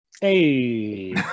Hey